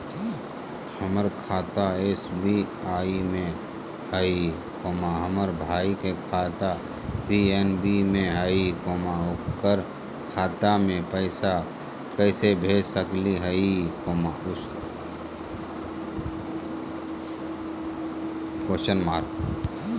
हमर खाता एस.बी.आई में हई, हमर भाई के खाता पी.एन.बी में हई, ओकर खाता में पैसा कैसे भेज सकली हई?